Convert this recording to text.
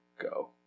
go